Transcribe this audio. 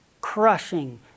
crushing